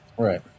Right